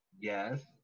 Yes